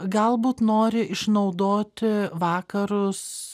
galbūt nori išnaudoti vakarus